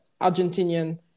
Argentinian